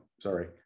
sorry